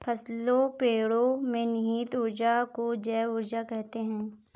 फसलों पेड़ो में निहित ऊर्जा को जैव ऊर्जा कहते हैं